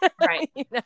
Right